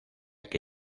que